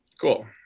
Cool